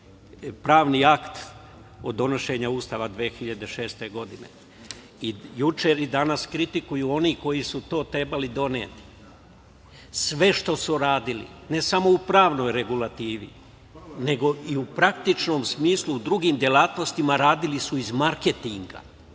pravni akt od donošenja Ustava 2006. godine. Juče i danas kritikuju oni koji su to trebali doneti. Sve što su radili ne samo u pravnoj regulativi, nego i praktičnom smislu u drugim delatnostima radili su iz marketinga.